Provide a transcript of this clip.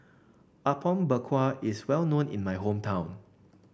Apom Berkuah is well known in my hometown